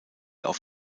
auf